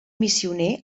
missioner